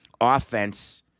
offense